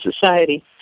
society